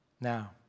Now